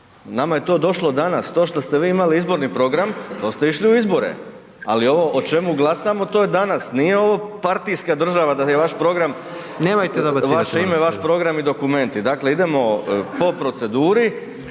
Nama je to došlo danas, to što ste vi imali izborni program, to ste išli u izbore ali ovo o čemu glasamo, to je danas, nije ovo partijska država da je vaš program, … …/Upadica predsjednik: Nemojte dobacivati, molim vas./… … vaše ime, vaš program i dokumenti. Dakle, idemo po proceduri,